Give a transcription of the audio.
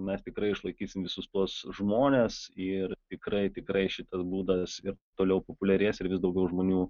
mes tikrai išlaikysim visus tuos žmones ir tikrai tikrai šitas būdas ir toliau populiarės ir vis daugiau žmonių